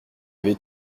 avait